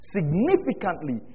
Significantly